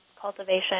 cultivation